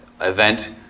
event